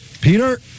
Peter